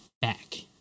back